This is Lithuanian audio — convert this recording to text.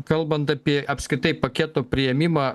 kalbant apie apskritai paketo priėmimą